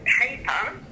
paper